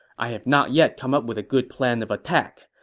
i have not yet come up with a good plan of attack.